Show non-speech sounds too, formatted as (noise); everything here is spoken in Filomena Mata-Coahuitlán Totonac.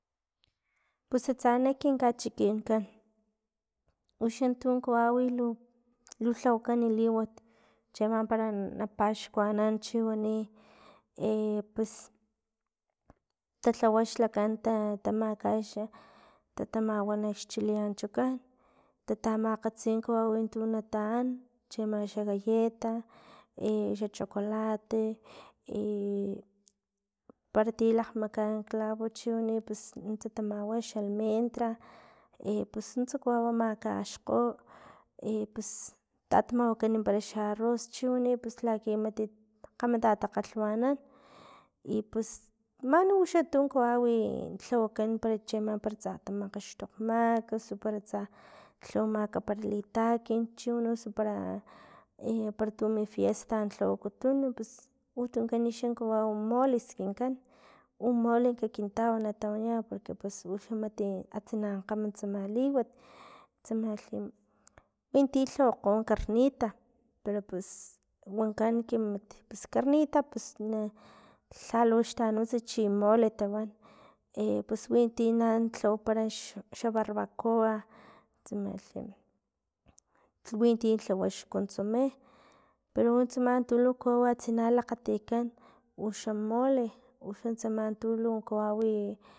Pus atsa kin kachikinkan, uxan tun kawawi lu- lulhawakani liwat chiama para napaxkuanan chiwani (hesitation) pues talhawa xlakan ta- tamakax, tatamawani xchileanchokan, tatamakgatsi kawawi tu nataan tsama xa galleta, (hesitation) xa chocolate, (hesitation) para ti lakgmakaan clavo para chiwani pus nuntsa tamawa xa almendra, (hesitation) pus nuntsa kawau makgaxkgo (hesitation) pus tamawakani xa arroz chiwani pus laki mati kgama tatakgalhwanan, i pus mani uxa tu kawawi i lhawakan para chiama para tsa tamakgaxtokgmak, osu para tsa lhawamak para litakin, chiwani para (hesitation) para tu wi fiesta lhawakutun pus utunkani xa kawau mole skinkan, u mole kintau natawanian porque pus umati atsina tlakg kgama tsama liwat tsamalhi winti lhawakgo carnita pero pus wankan ke mat carnita pus na lhaluxtanunts chi mole tawan, (hesitation) pus winti lhawa parax xa- xa barbacoa tsamalhi winti lhawa xconsome, pero untsama tu lu kawau atsina lakgatikan uxa mole, uxan tsama tu lu kawawi.